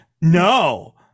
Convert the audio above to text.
no